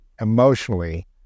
emotionally